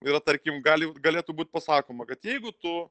yra tarkim gali galėtų būt pasakoma kad jeigu tu